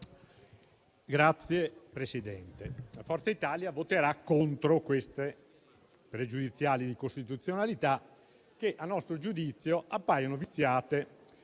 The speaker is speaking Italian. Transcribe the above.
Presidente, Forza Italia voterà contro le pregiudiziali di costituzionalità, che - a nostro giudizio - appaiono viziate